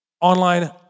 online